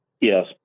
Yes